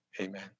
amen